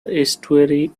estuary